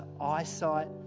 eyesight